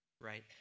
right